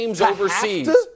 overseas